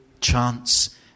chance